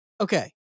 Okay